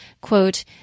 quote